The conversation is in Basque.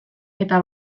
eta